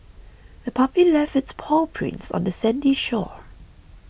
the puppy left its paw prints on the sandy shore